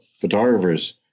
photographers